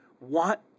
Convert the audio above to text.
want